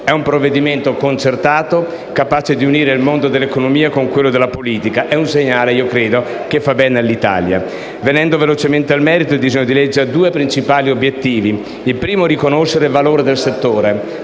È un provvedimento concertato, capace di unire il mondo dell'economia con quello della politica e ritengo che questo sia un segnale che fa bene all'Italia. Passando velocemente al merito, il disegno di legge ha due principali obiettivi, il primo dei quali è riconoscere il valore del settore.